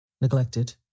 neglected